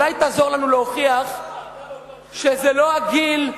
אולי תעזור לנו להוכיח שזה לא הגיל,